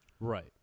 Right